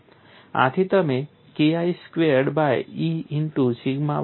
આથી તમે KI squared by E into sigma ys law